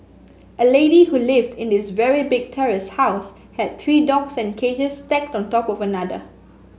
a lady who lived in this very big terrace house had three dogs in cages stacked on top of another